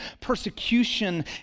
persecution